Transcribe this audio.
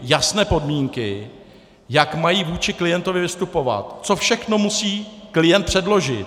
Jasné podmínky, jak mají vůči klientovi vystupovat, co všechno musí klient předložit.